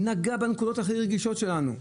נגע בנקודות הכי רגישות שלנו.